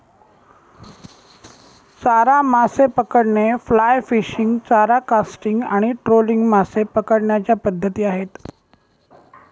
चारा मासे पकडणे, फ्लाय फिशिंग, चारा कास्टिंग आणि ट्रोलिंग मासे पकडण्याच्या पद्धती आहेत